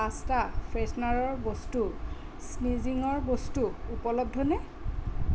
pasta ফ্ৰেছনাৰ বস্তু ছিজনিঙৰ বস্তু উপলব্ধনে